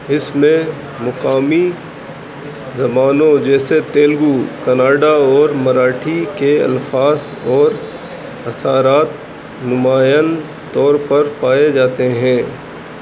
اس میں مقامی زبانوں جیسے تیلگو کنڈا اور مراٹھی کے الفاظ اور اثرات نمایاں طور پر پائے جاتے ہیں